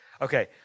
Okay